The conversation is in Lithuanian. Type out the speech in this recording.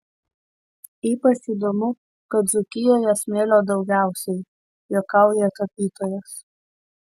ypač įdomu kad dzūkijoje smėlio daugiausiai juokauja tapytojas